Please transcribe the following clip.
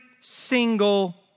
single